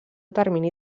termini